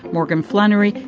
morgan flannery.